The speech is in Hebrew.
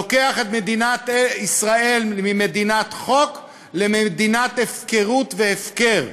לוקח את מדינת ישראל ממדינת חוק למדינת הפקרות והפקר.